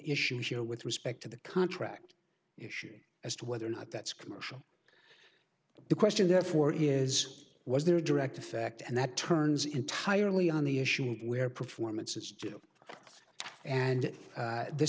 issue here with respect to the contract issue as to whether or not that's commercial the question therefore is was there a direct effect and that turns entirely on the issue of where performance is joe and this